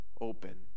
open